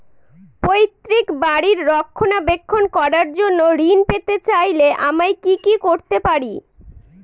পৈত্রিক বাড়ির রক্ষণাবেক্ষণ করার জন্য ঋণ পেতে চাইলে আমায় কি কী করতে পারি?